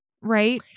right